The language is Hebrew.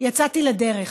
יצאתי לדרך,